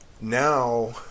now